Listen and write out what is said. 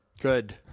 Good